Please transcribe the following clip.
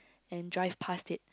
and drive past it